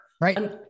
right